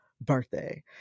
birthday